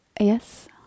Yes